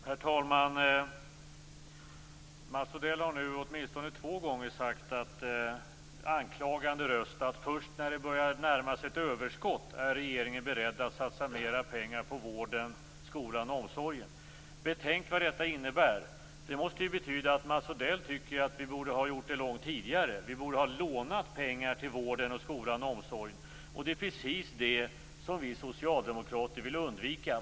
Herr talman! Mats Odell har nu åtminstone två gånger med anklagande röst sagt att först när det börjar närma sig ett överskott är regeringen beredd att satsa mera pengar på vård, skola och omsorg. Betänk vad detta innebär. Det måste ju betyda att Mats Odell tycker att vi borde ha gjort det långt tidigare. Vi borde ha lånat pengar till vård, skola och omsorg. Det är precis det som vi socialdemokrater vill undvika.